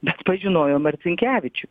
bet pažinojo marcinkevičių